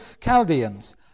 Chaldeans